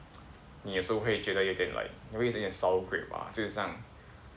你也是会觉得有一点 like 有一点点就很像